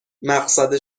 مقصد